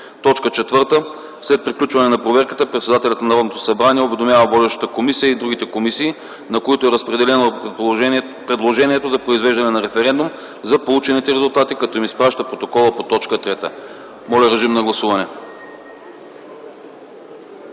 самоуправление. 4. След приключване на проверката председателят на Народното събрание уведомява водещата комисия и другите комисии, на които е разпределено предложението за произвеждане на референдум за получените резултати като им изпраща протокола по т. 3.” Моля, режим на гласуване.